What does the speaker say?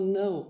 no